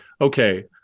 okay